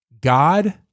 God